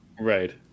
Right